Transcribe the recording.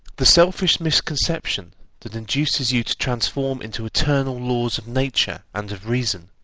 the selfish misconception that induces you to transform into eternal laws of nature and of reason,